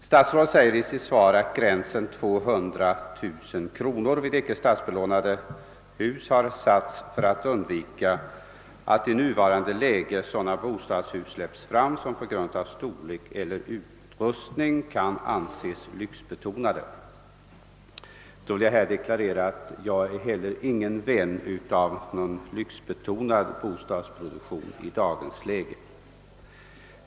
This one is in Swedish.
Statsrådet säger i sitt svar: »Gränsen 200 000 kronor har satts för att undvika att i nuvarande läge sådana bostadshus släpps fram som på grund av storlek eller utrustning kan anses lyxbetonade.» Jag vill deklarera att inte heller jag är någon vän av en lyxbetonad bostadsproduktion i dagens läge.